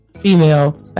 female